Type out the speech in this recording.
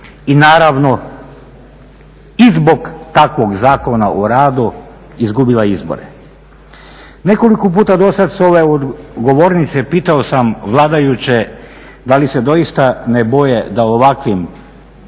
i naravno i zbog takvog Zakona o radu izgubila izbore. Nekoliko puta do sada s ove govornice pitao sam vladajuće da li se doista ne boje da ovakvim upravljanjem